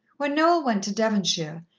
when noel went to devonshire,